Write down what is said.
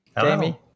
Jamie